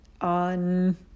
on